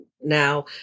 now